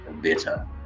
better